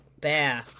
Bear